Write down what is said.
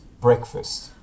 breakfast